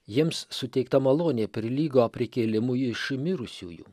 jiems suteikta malonė prilygo prikėlimui iš mirusiųjų